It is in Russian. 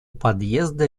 подъезда